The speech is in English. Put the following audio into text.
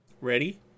Ready